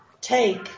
take